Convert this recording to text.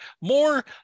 more